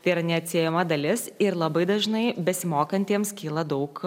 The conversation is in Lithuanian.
tai yra neatsiejama dalis ir labai dažnai besimokantiems kyla daug